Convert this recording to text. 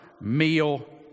meal